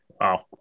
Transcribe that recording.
Wow